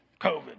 COVID